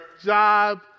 job